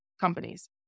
companies